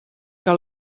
que